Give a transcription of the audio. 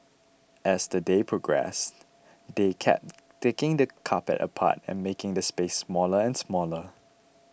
as the day progressed they kept taking the carpet apart and making the space smaller and smaller